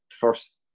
first